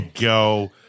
go